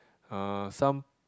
uh some